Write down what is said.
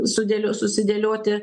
sudėlio susidėlioti